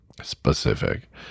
specific